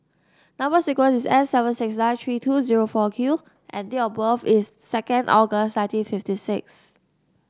number sequence is S seven six nine three two zero four Q and date of birth is second August nineteen fifty six